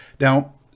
Now